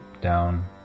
down